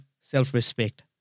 self-respect